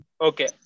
Okay